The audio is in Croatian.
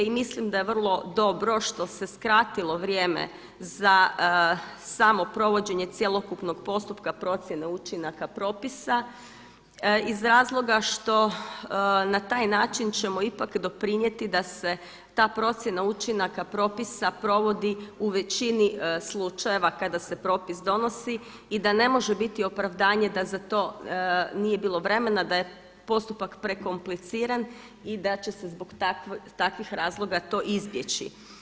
I mislim da je vrlo dobro što se skratilo vrijeme za samo provođenje cjelokupnog postupka procjene učinaka propisa iz razloga što na taj način ćemo ipak doprinijeti da se ta procjena učinaka propisa provodi u većini slučajeva kada se propis donosi i da ne može biti opravdanje da za to nije bilo vremena, da je postupak prekompliciran i da će se zbog takvih razloga to izbjeći.